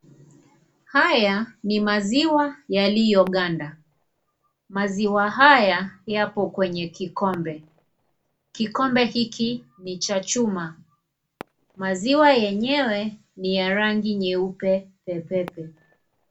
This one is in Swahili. Haya ni maziwa yaliyoganda; maziwa haya yapo kwenye kikombe. Kikombe hiki ni cha chuma. Maziwa haya ni ya rangi nyeupe pepepe.